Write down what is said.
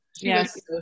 yes